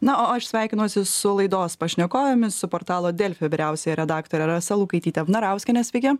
na o aš sveikinuosi su laidos pašnekovėmis su portalo delfi vyriausiąja redaktore rasa lukaityte vnarauskiene sveiki